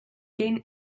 gain